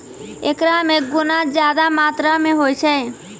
एकरा मे गुना ज्यादा मात्रा मे होय छै